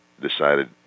decided